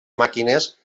màquines